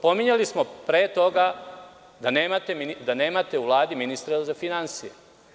Pominjali smo pre toga da nemate u Vladi ministra za finansije.